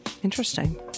Interesting